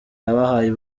yabahaye